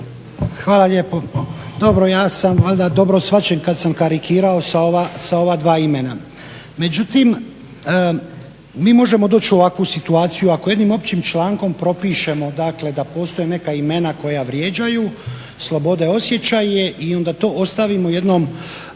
Hvala lijepo. Dobro ja sam valjda dobro shvaćen kad sam karikirao sa ova dva imena. Međutim, mi možemo doći u ovakvu situaciju ako jednim općim člankom propišemo dakle da postoje neka imena koja vrijeđaju slobode, osjećaje i onda to ostavimo jednom